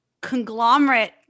conglomerate